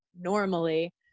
normally